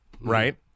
right